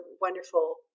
wonderful